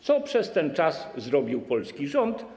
Co przez ten czas zrobił polski rząd?